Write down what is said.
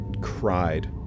cried